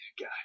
guy